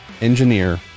engineer